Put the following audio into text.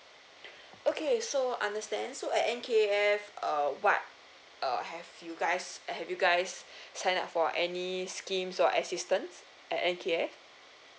okay so understand so at N_K_F err what err have you guys have you guys sign up for any schemes or assistance at N_K_F